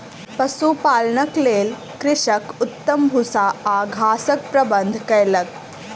पशुपालनक लेल कृषक उत्तम भूस्सा आ घासक प्रबंध कयलक